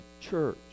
church